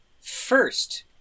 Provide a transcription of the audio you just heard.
First